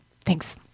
thanks